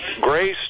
Grace